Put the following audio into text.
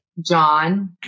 John